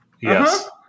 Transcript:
Yes